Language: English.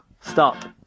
stop